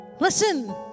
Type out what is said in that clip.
Listen